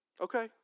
Okay